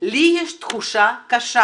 ויש לי תחושה קשה.